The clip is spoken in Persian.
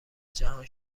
جهان